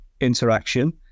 interaction